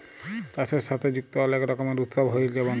চাষের সাথে যুক্ত অলেক রকমের উৎসব হ্যয়ে যেমল